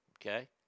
Okay